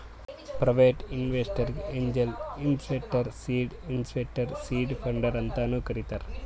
private ಇನ್ವೆಸ್ಟರ್ಗ angel investor, seed investor, seed funder ಅಂತಾನು ಕರಿತಾರ್